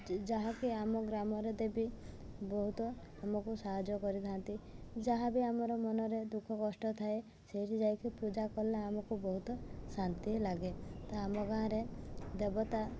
ଯାହାକି ଆମ ଗ୍ରାମରେ ଦେବୀ ବହୁତ ଆମକୁ ସାହାଯ୍ୟ କରିଥାନ୍ତି ଯାହା ବି ଆମର ମନରେ ଦୁଃଖ କଷ୍ଟ ଥାଏ ସେଇଟି ଯାଇକି ପୂଜା କଲେ ଆମକୁ ବହୁତ ଶାନ୍ତି ଲାଗେ ତ ଆମ ଗାଁରେ ଦେବତା